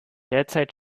derzeit